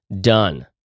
done